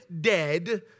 dead